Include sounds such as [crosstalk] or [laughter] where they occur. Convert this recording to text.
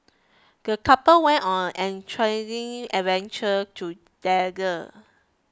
the couple went on an [unintelligible] adventure together